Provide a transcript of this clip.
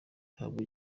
ihabwa